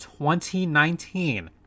2019